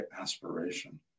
aspiration